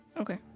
Okay